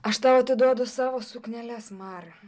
aš tau atiduodu savo sukneles mara